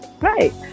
Right